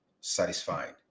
satisfied